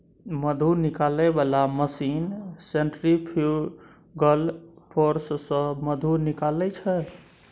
मधु निकालै बला machine centrifugal force सँ मधु निकालै छै